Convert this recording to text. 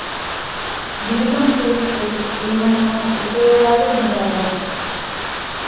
బీమా చేస్తే ఏమన్నా ఉపయోగాలు ఉంటయా?